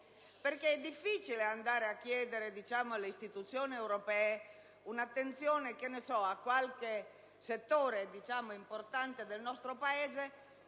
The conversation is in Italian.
più. È difficile richiedere alle istituzioni europee un'attenzione a qualche settore importante del nostro Paese